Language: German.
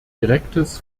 direktes